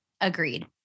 Agreed